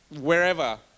wherever